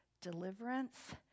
deliverance